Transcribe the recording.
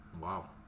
wow